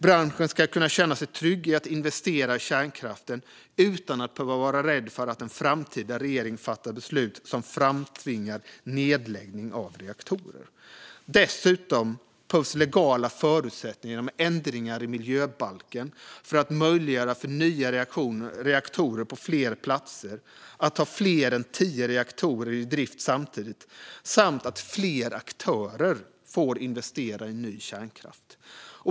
Branschen ska kunna känna sig trygg i att investera i kärnkraften utan att behöva vara rädd för att en framtida regering fattar beslut som framtvingar nedläggning av reaktorer. Dessutom behövs juridiska förutsättningar genom ändringar i miljöbalken för att möjliggöra nya reaktorer på fler platser, att ha fler än tio reaktorer i drift samtidigt samt att fler aktörer får investera i ny kärnkraft.